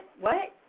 what!